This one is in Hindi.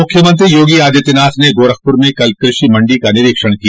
मुख्यमंत्री योगी आदित्यनाथ ने गोरखपुर में कल कृषि मंडी का निरीक्षण किया